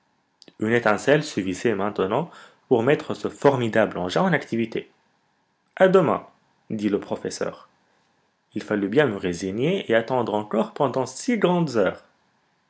une étincelle suffisait maintenant pour mettre ce formidable engin en activité à demain dit le professeur il fallut bien me résigner et attendre encore pendant six grandes heures